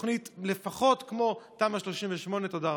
תוכנית לפחות כמו תמ"א 38. תודה רבה.